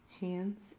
hands